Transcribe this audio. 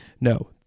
No